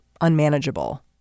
unmanageable